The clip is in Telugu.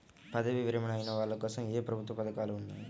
పదవీ విరమణ అయిన వాళ్లకోసం ఏ ప్రభుత్వ పథకాలు ఉన్నాయి?